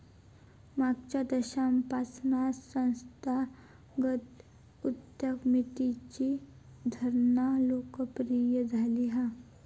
मागच्या दशकापासना संस्थागत उद्यमितेची धारणा लोकप्रिय झालेली हा